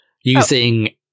Using